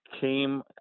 came